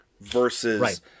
versus